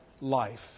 life